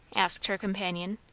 asked her companion,